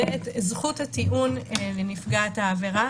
זה את זכות הטיעון לנפגעת העבירה.